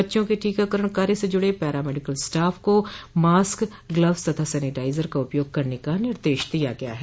बच्चों के टीकाकरण कार्य से जुड़े पैरामेडिकल स्टाफ को मास्क ग्लव्स तथा सेनिटाइजर का उपयोग करने का निर्देश दिया गया है